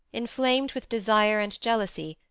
inflamed with desire and jealousy,